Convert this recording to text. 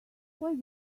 why